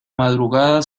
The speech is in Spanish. madrugada